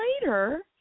later